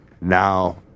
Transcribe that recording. Now